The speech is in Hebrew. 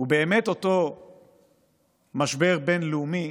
באמת אותו משבר בין-לאומי